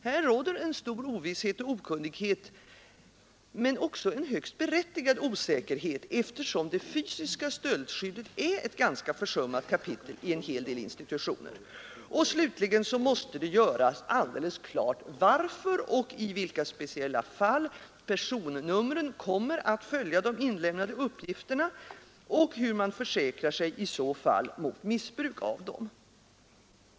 Här råder stor ovisshet och okunnighet men också en högst berättigad osäkerhet, eftersom det fysiska stöldskyddet är ett ganska försummat kapitel i en hel del institutioner. 6. Det måste slutligen göras alldeles klart varför och i vilka speciella fall personnumren kommer att följa de inlämnade uppgifterna och hur man i så fall försäkrar sig mot missbruk av dem.